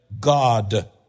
God